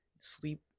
Sleep